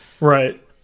right